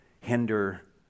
hinder